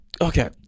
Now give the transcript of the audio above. Okay